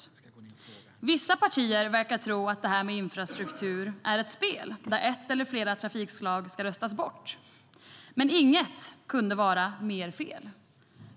Vissa partier verkar tro att det här med infrastruktur är ett spel där ett eller flera trafikslag ska röstas bort. Inget kunde vara mer fel.